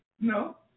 No